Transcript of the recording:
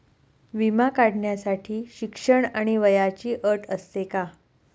विमा काढण्यासाठी शिक्षण आणि वयाची अट असते का?